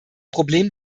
problem